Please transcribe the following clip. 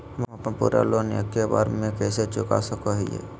हम अपन पूरा लोन एके बार में कैसे चुका सकई हियई?